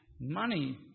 money